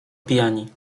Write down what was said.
pijani